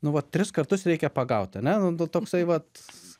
nu vat tris kartus reikia pagaut ar ne nu toksai vat